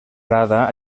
arada